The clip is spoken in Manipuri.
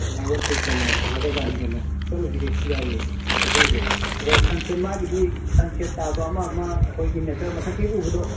ꯂꯥꯡꯒꯣꯜ ꯄꯤꯛ ꯀꯩꯅꯣ ꯐꯖꯈ꯭ꯔ ꯖꯥꯠꯅꯤ ꯀꯩꯅꯣ ꯆꯠꯂꯨꯁꯤ ꯌꯥꯏꯌꯦ ꯆꯠꯊꯣꯎꯁꯤ ꯑꯣ ꯁꯟꯁꯦꯠ ꯃꯥꯒꯤꯗꯤ ꯁꯟꯁꯦꯠ ꯇꯥꯕ ꯑꯃ ꯑꯃ ꯑꯩꯈꯣꯏꯒꯤ ꯅꯦꯆꯔ ꯃꯊꯛꯇꯒꯤ ꯎꯕꯗꯣ